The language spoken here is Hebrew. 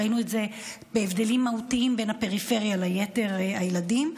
ראינו את זה בהבדלים מהותיים בין הפריפריה ליתר הילדים.